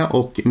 och